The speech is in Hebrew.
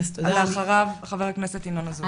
אחריה חבר הכנסת ינון אזולאי.